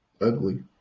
ugly